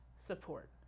support